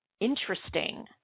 interesting